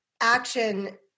action